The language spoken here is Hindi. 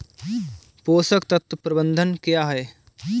पोषक तत्व प्रबंधन क्या है?